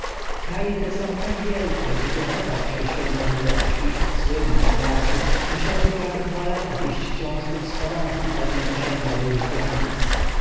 kraje to tak wielkie że piechota waszej świątobliwości słynna z marszów musiałaby prawie dwa lata iść wciąż ku wschodowi zanim dosięgłaby ich granic